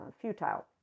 futile